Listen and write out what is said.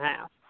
half